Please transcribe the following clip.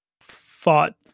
fought